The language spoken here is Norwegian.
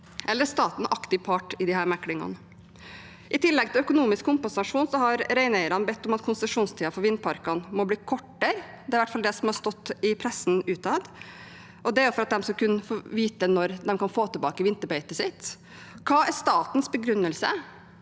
Eller er staten en aktiv part i disse meklingene? I tillegg til økonomisk kompensasjon har reineierne bedt om at konsesjonstiden for vindparkene må bli kortere – det er i hvert fall det som har stått i pressen – og det er for at de skal kunne vite når de kan få tilbake vinterbeitet sitt. Hva er statens begrunnelse